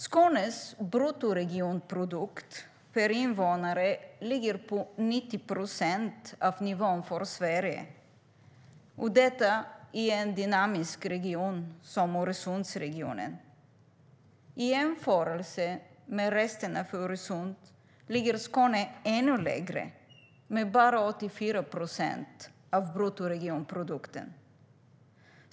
Skånes bruttoregionprodukt per invånare ligger på 90 procent av nivån för Sverige, och det i en dynamisk region som Öresundsregionen. I jämförelse med resten av Öresund ligger Skåne ännu lägre med bara 84 procent av bruttoregionprodukten.